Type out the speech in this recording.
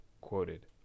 quoted